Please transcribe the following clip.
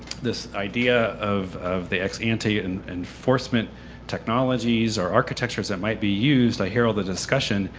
this idea of of the ex-ante and enforcement technologies or architectures that might be used. i hear all the discussion,